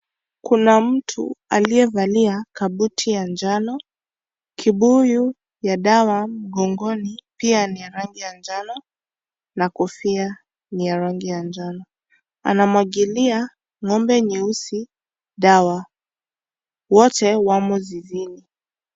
Kuna mtu aliyevalia kabuti ya njano kibuyu ya dawa mgongoni pia ni ya njano na kofia ni ya rangi ya njano. Anamwagilia ng'ombe nyeusi dawa wote wamo zizini.